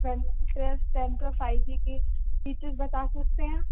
one plus ten pro five G کی features بتا سکتے ہیں آپ